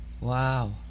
wow